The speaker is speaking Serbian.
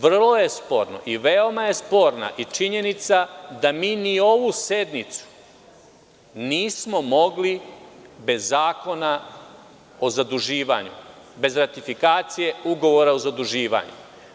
Veoma je sporna i činjenica da mi ni ovu sednicu nismo mogli bez zakona o zaduživanju, bez ratifikacije ugovora o zaduživanju.